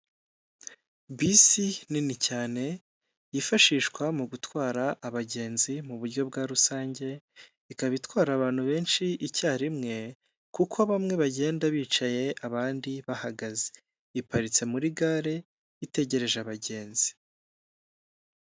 Bisi nini cyane yifashishwa mu gutwara abagenzi mu buryo bwa rusange, ikaba itwara abantu benshi icyarimwe kuko bamwe bagenda bicaye abandi bahagaze, iparitse muri gare itegereje abagenzi.